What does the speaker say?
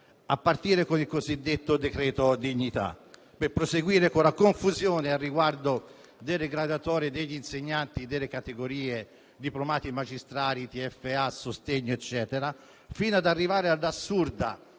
a partire dal cosiddetto decreto dignità, per proseguire con la confusione a riguardo delle graduatorie degli insegnanti (diplomati magistrali, TFA, sostegno eccetera), fino ad arrivare all'assurda